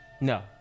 No